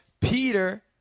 Peter